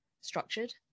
structured